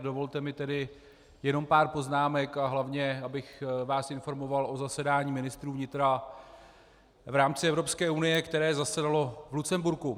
Dovolte mi tedy jenom pár poznámek, a hlavně abych vás informoval o zasedání ministrů vnitra v rámci Evropské unie, které zasedalo v Lucemburku.